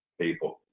people